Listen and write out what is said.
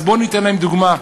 אז בואו ניתן להם דוגמה.